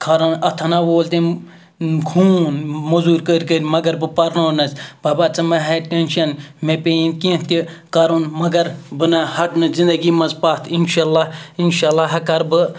کھۄرَن اَتھَن ہہ وول تٔمۍ خوٗن مٔزوٗرۍ کٔرۍ کٔرۍ مگر بہٕ پرنوونَس بَبا ژٕ ما ہےٚ ٹٮ۪نشَن مےٚ پیٚیِنۍ کینٛہہ تہِ کَرُن مگر بہٕ نہ ہَٹہٕ نہٕ زندگی منٛز پَتھ اِنشاء اللہ اِنشاء اللہ ہا کَرٕ بہٕ